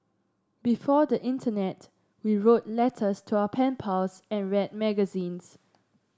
before the internet we wrote letters to our pen pals and read magazines